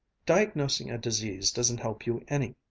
diagnosing a disease doesn't help you any,